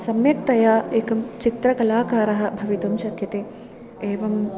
सम्यक्तया एकं चित्रकलाकारः भवितुं शक्यते एवम्